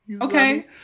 Okay